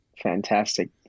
fantastic